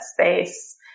space